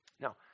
Now